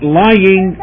lying